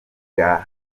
bwa